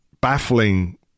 baffling